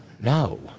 No